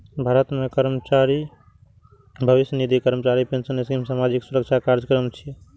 भारत मे कर्मचारी भविष्य निधि, कर्मचारी पेंशन स्कीम सामाजिक सुरक्षा कार्यक्रम छियै